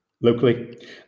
locally